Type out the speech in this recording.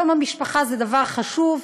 יום המשפחה זה דבר חשוב,